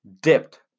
Dipped